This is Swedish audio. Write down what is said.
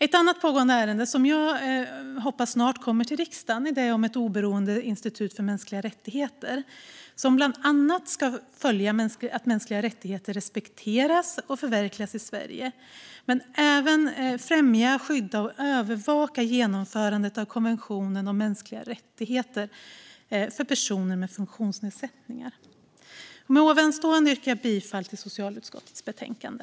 Ett annat pågående ärende, som jag hoppas snart kommer till riksdagen, är det om ett oberoende institut för mänskliga rättigheter som bland annat ska följa upp att mänskliga rättigheter respekteras och förverkligas i Sverige men även främja, skydda och övervaka genomförandet av konventionen om rättigheter för personer med funktionsnedsättningar. Med ovanstående yrkar jag bifall till förslaget i socialutskottets betänkande.